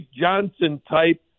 Johnson-type